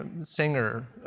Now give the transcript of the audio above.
singer